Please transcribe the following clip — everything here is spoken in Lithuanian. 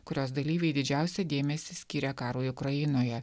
kurios dalyviai didžiausią dėmesį skiria karui ukrainoje